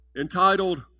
entitled